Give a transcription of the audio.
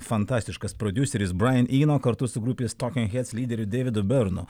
fantastiškas prodiuseris brain ino kartu su grupės toking heds lyderiu deividu bernu